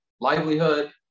livelihood